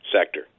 sector